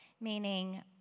meaning